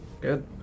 Good